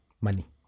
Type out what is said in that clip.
money